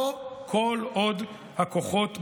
לא כל עוד הכוחות השטח.